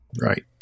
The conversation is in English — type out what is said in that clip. Right